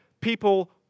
people